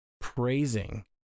praising